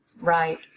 right